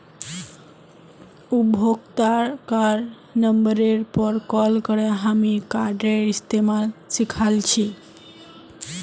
उपभोक्तार नंबरेर पर कॉल करे हामी कार्डेर इस्तमाल सिखल छि